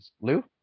Lou